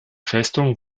festung